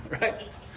right